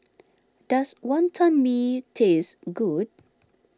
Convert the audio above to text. does Wantan Mee taste good